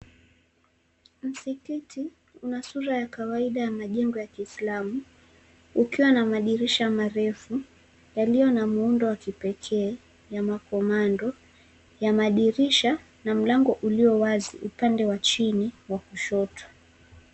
Msikiti una sura ya kawaida ya majengo ya kiislamu ukiwa na madirisha marefu yalio na muundo wa kipekee ya makomando ya madirisha na mlango uliowazi upande wa chini wa kushoto.